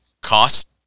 cost